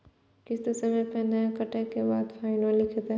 किस्त समय पर नय कटै के बाद फाइनो लिखते?